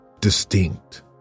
distinct